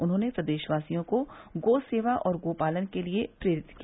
उन्होंने प्रदेशवासियों को गो सेवा और गो पालन के लिए प्रेरित किया